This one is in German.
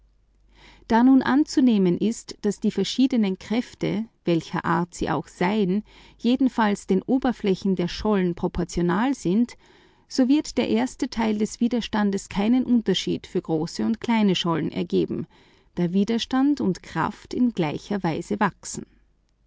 da nun anzunehmen ist daß die verschiebenden kräfte welcher art sie auch seien bei schollen gleicher dicke ihren oberflächen proportional sind so wird der erste teil des widerstandes keinen unterschied für große und kleine schollen ergeben da widerstand und kraft in gleicher weise wachsen